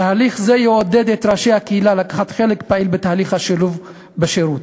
תהליך זה יעודד את ראשי הקהילה לקחת חלק פעיל בתהליך השילוב בשירות.